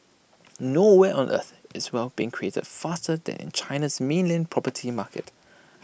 nowhere on earth is wealth being created faster than in China's mainland property market